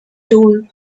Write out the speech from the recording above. told